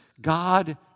God